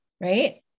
right